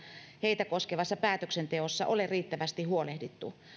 heitä koskevassa päätöksenteossa ole riittävästi huolehdittu